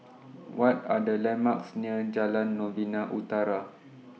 What Are The landmarks near Jalan Novena Utara